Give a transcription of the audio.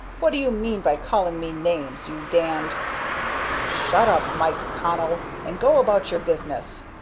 what do you mean by calling me names, you damned shut up, mike connell, and go about your business,